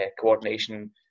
coordination